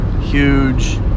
huge